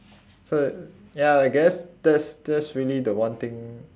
so ya I guess that's that's really the one thing